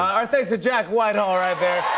our thanks to jack whitehall right